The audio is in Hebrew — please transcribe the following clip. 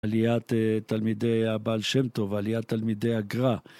עליית תלמידי הבעל שם טוב, עליית תלמידי הגר״א